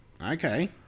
Okay